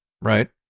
right